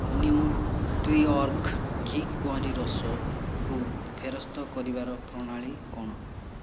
ନ୍ୟୁଟ୍ରିଅର୍ଗ ଘି କୁଆଁରୀ ରସକୁ ଫେରସ୍ତ କରିବାର ପ୍ରଣାଳୀ କ'ଣ